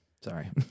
Sorry